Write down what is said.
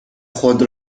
خود